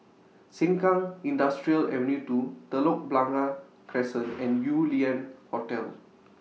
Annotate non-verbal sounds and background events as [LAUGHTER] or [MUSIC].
Sengkang Industrial Avenue two Telok Blangah Crescent [NOISE] and Yew Lian Hotel